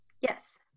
Yes